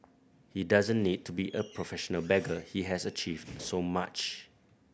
he doesn't need to be a professional beggar he has achieved so much